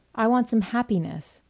i want some happiness.